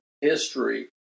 history